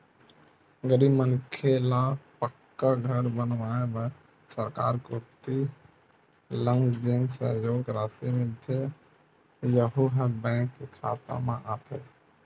गरीब मनखे ल पक्का घर बनवाए बर सरकार कोती लक जेन सहयोग रासि मिलथे यहूँ ह बेंक के खाता म आथे